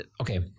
okay